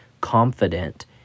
confident